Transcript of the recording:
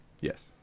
Yes